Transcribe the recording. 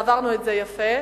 ועברנו את זה יפה,